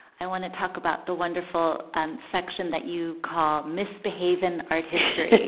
i want to talk about the wonderful and section that you call misbehave in art history.